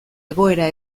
egoera